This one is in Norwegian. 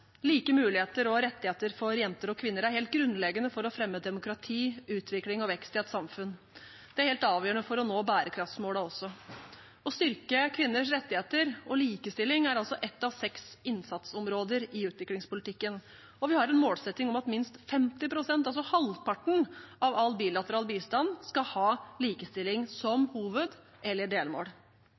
Like muligheter og rettigheter for jenter og kvinner er helt grunnleggende for å fremme demokrati, utvikling og vekst i et samfunn. Det er helt avgjørende for å nå bærekraftsmålene også. Å styrke kvinners rettigheter og likestilling er ett av seks innsatsområder i utviklingspolitikken, og vi har en målsetting om at minst 50 pst., altså halvparten av all bilateral bistand skal ha likestilling som hoved- eller delmål.